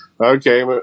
okay